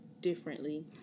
differently